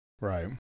Right